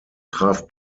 traf